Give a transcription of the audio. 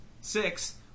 Six